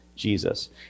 Jesus